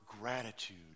gratitude